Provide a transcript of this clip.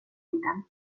tiden